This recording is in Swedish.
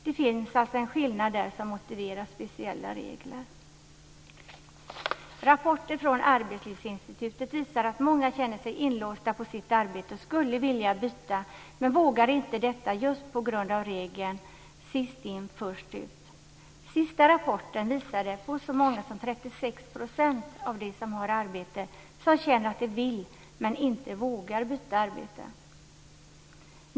Det finns alltså en skillnad som motiverar speciella regler. Rapporter från Arbetslivsinstitutet visar att många känner sig inlåsta på sitt arbete och skulle vilja byta men vågar inte just på grund av regeln "sist in först ut". Senaste rapporten visar på att så många som 36 % av dem som har arbete känner att de vill men inte vågar byta arbete.